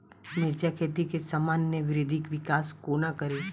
मिर्चा खेती केँ सामान्य वृद्धि विकास कोना करि?